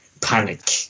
panic